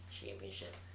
championship